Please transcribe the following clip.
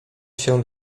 się